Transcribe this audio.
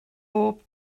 bob